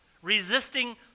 resisting